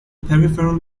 peripheral